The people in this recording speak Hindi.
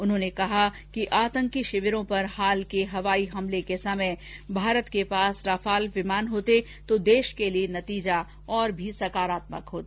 उन्होंने कहा कि आतंकी शिविरों पर हाल के हवाई हमले के समय भारत के पास राफाल विमान होते तो देश के लिए नतीजा और भी सकारात्मक होता